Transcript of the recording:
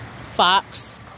Fox